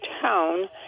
town